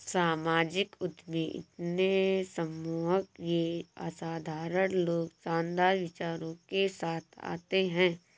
सामाजिक उद्यमी इतने सम्मोहक ये असाधारण लोग शानदार विचारों के साथ आते है